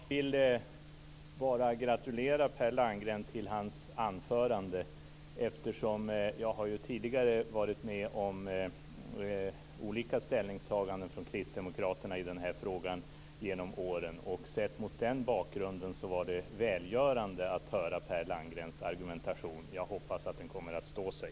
Fru talman! Jag vill gratulera Per Landgren till hans anförande. Jag har tidigare genom åren varit med om olika ställningstaganden från kristdemokraterna i den här frågan. Sett mot den bakgrunden var det välgörande att höra Per Landgrens argumentation. Jag hoppas att den kommer att stå sig.